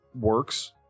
works